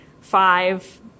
five